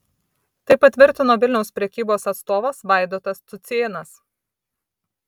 tai patvirtino vilniaus prekybos atstovas vaidotas cucėnas